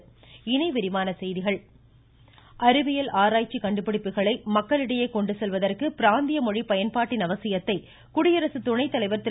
வெங்கய்ய நாயுடு அறிவியல் ஆராய்ச்சி கண்டுபிடிப்புகளை மக்களிடையே கொண்டு செல்வதற்கு பிராந்திய மொழி பயன்பாட்டின் அவசியத்தை குடியரசு துணைத்தலைவர் திரு